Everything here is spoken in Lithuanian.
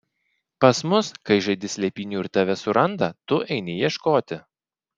pas mus kai žaidi slėpynių ir tave suranda tu eini ieškoti